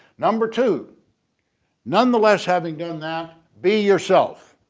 number two nonetheless having done that be yourself.